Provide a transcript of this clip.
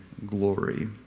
glory